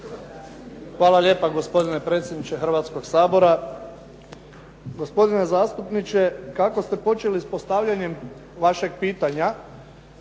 Hvala lijepa gospodine predsjedniče Hrvatskog sabora. Gospodine zastupniče, kako ste počeli s postavljanjem vašeg pitanja,